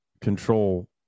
control